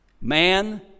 man